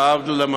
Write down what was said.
להבדיל,